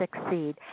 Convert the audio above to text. succeed